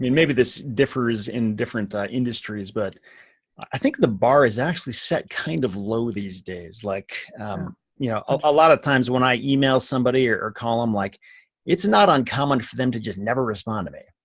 maybe this differs in different industries, but i think the bar is actually set kind of low these days. like you know, a lot of times when i email somebody or call em, like it's it's not uncommon for them to just never respond to me.